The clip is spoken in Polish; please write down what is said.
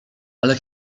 ale